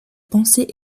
pensée